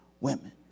women